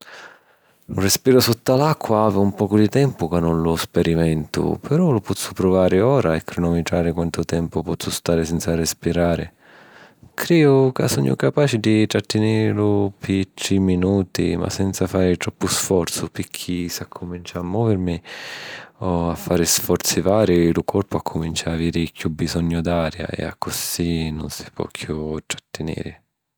Lu rèspiru sutta l’acqua havi un pocu di tempu ca nun lu sperimentu, però lu pozzu pruvari ora e cronomitrari quantu tempu pozzu stari senza rispirari. Crìu ca sugnu capaci di trattinirlu pi tri minuti, ma senza fari troppu sforzu, picchì s'accuminciu a muvìrimi o a fari sforzi vari, lu corpu accumincia a aviri chiù bisognu d’aria e accussì nun si po chiù trattiniri.